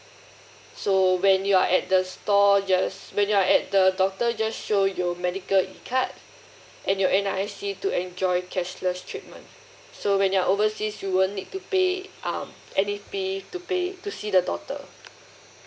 so when you're at the store just when you're at the doctor just show you medical E card and your N_R_I_C to enjoy cashless treatment so when you're overseas you wouldn't need to pay um any fee to pay to see the doctor